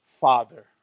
Father